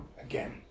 again